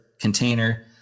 container